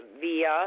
via